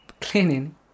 Cleaning